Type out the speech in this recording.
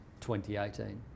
2018